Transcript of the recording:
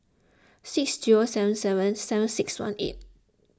six zero seven seven seven six one eight